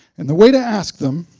and the way to ask them